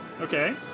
Okay